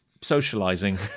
socializing